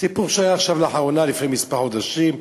סיפור שהיה עכשיו, לאחרונה, לפני כמה חודשים,